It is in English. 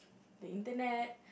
the internet